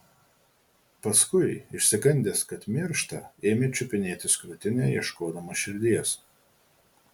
paskui išsigandęs kad miršta ėmė čiupinėtis krūtinę ieškodamas širdies